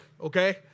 okay